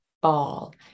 ball